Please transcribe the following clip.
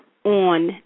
on